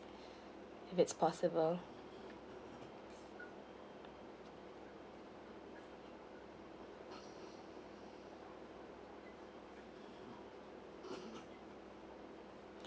if it's possible